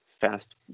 fast